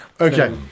Okay